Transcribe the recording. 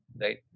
right